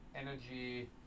energy